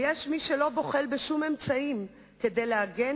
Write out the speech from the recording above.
ויש מי שלא בוחל בשום אמצעים כדי לעגן